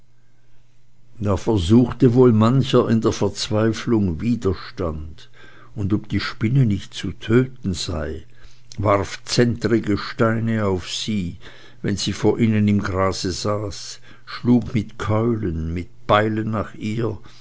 da versuchte wohl mancher in der verzweiflung widerstand und ob die spinne nicht zu töten sei warf zentnerige steine auf sie wenn sie vor ihnen im grase saß schlug mit keulen mit beilen nach ihr